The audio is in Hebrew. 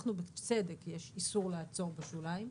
בצדק יש איסור לעצור בשוליים,